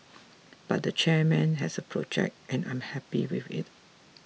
but the chairman has a project and I am happy with it